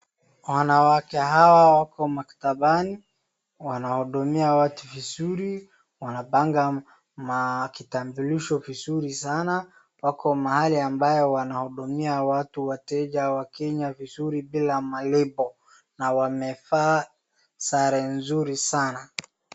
Wanawake hawa wako maktabani wanahudumia watu vizuri, wanapanga makitambulisho vizuri sana wako mahali ambayo wanahudumia watu wateja wakenya vizuri bila malipo na wamevaa sare mzuri sana.